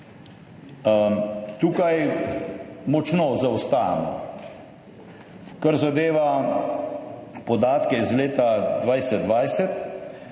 Tukaj močno zaostajamo. Kar zadeva podatke iz leta 2020,